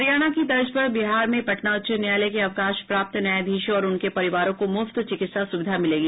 हरियाणा की तर्ज पर बिहार में पटना उच्च न्यायालय के अवकाश प्राप्त न्यायाधीशों और उनके परिवारों को मुफ्त चिकित्सा सुविधा मिलेगी